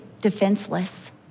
defenseless